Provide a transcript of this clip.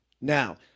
now